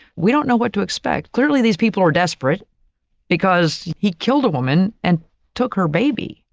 we don't know what to expect. clearly these people are desperate because he killed a woman and took her baby.